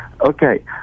Okay